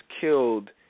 killed